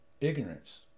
Ignorance